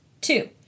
Two